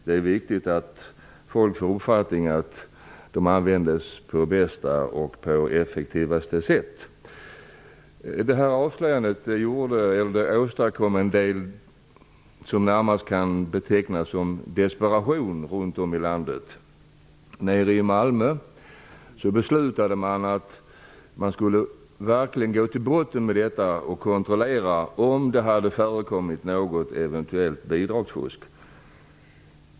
Det är viktigt att de får uppfattningen att pengarna används på bästa och effektivaste sätt. Avslöjandet åstadkom något som närmast kan betecknas som desperation runt om i landet. I Malmö beslutade man att verkligen gå till botten med problemet och att kontrollera om eventuellt bidragsfusk hade förekommit.